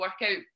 workout